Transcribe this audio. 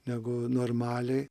negu normaliai